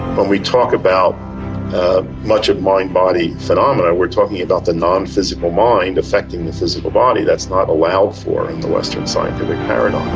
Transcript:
when we talk about much of mind body phenomena we are talking about the nonphysical mind affecting the physical body. that's not allowed for in the western scientific paradigm.